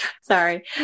Sorry